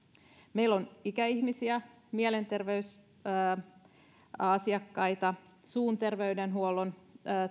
meillä on ikäihmisiä mielenterveysasiakkaita ja suun terveydenhuollon